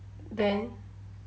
then